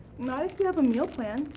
not if you have a meal plan.